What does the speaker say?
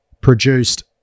produced